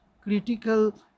critical